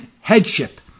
headship